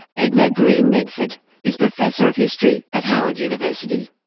edna greene medford is professor of history at howard university.